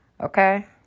Okay